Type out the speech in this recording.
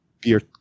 beer